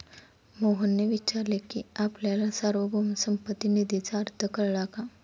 मोहनने विचारले की आपल्याला सार्वभौम संपत्ती निधीचा अर्थ कळला का?